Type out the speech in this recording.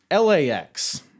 LAX